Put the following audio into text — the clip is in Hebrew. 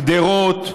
גדרות,